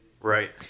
Right